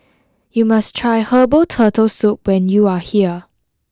you must try herbal turtle soup when you are here